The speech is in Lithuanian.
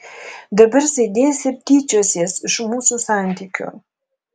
dabar sėdėsi ir tyčiosies iš mūsų santykių